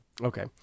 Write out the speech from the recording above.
Okay